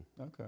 Okay